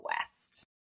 West